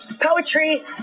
poetry